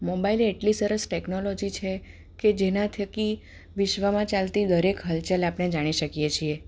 mobile એટલી સરસ technology છે કે જેના થકી વિશ્વમાં ચાલતી દરેક હલચલ આપણે જાણી શકીએ છીએ